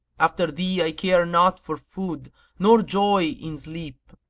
after thee i care not for food nor joy in sleep,